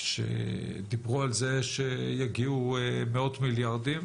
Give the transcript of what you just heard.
שדיברו על זה שיגיעו מאות מיליארדים,